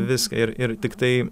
vis ir ir tiktai